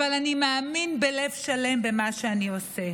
אבל אני מאמין בלב שלם במה שאני עושה.